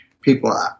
people